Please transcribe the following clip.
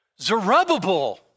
Zerubbabel